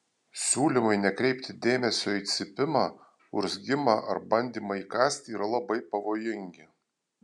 siūlymai nekreipti dėmesio į cypimą urzgimą ar bandymą įkąsti yra labai pavojingi